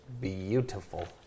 beautiful